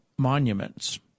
Monuments